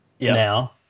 now